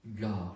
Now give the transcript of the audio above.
God